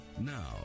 now